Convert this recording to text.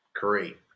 great